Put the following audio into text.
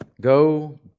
go